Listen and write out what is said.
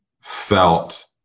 felt